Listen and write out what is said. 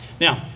Now